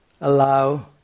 allow